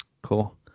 Cool